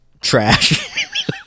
trash